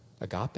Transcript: agape